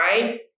right